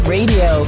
Radio